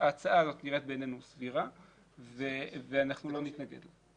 ההצעה הזאת נראית בעינינו סבירה ואנחנו לא נתנגד לה.